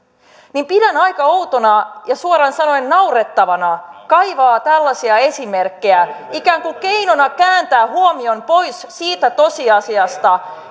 niin pidän aika outona ja suoraan sanoen naurettavana kaivaa tällaisia esimerkkejä ikään kuin keinona kääntää huomio pois siitä tosiasiasta